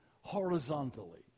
horizontally